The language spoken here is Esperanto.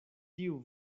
tiu